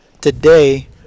today